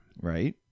right